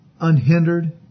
unhindered